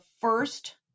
first